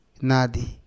Nadi